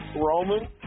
Roman